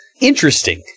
interesting